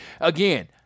Again